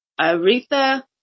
Aretha